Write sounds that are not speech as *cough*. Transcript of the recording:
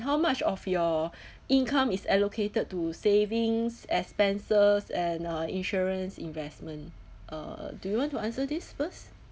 how much of your *breath* income is allocated to savings expenses and uh insurance investment uh do you want to answer this first